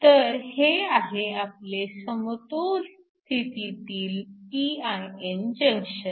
तर हे आहे आपले समतोल स्थितीतील pin जंक्शन